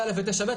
9א ו-9ב,